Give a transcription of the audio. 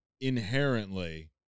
inherently